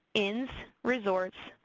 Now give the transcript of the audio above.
inns, resorts,